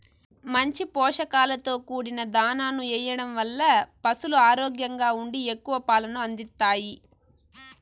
మంచి పోషకాలతో కూడిన దాణాను ఎయ్యడం వల్ల పసులు ఆరోగ్యంగా ఉండి ఎక్కువ పాలను అందిత్తాయి